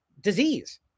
Disease